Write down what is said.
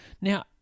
Now